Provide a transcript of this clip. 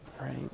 right